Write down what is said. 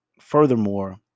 Furthermore